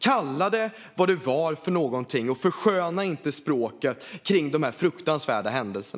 Kalla det för vad det var, och försköna inte språket när det gäller dessa fruktansvärda händelser!